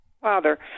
Father